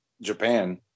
Japan